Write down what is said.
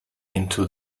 into